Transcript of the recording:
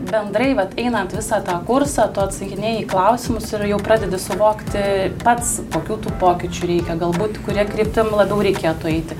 bendrai vat einant visą tą kursą tu atsakinėji į klausimus ir jau pradedi suvokti pats kokių tų pokyčių reikia galbūt kuria kryptim labiau reikėtų eiti